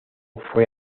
fue